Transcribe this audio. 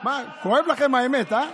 כואבת לכם האמת, אה?